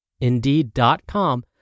Indeed.com